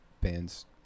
bands